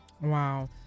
Wow